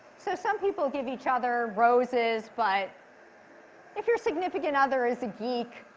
so some people give each other roses. but if your significant other is a geek,